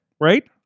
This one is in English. right